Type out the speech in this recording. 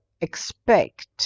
expect